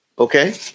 Okay